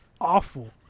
Awful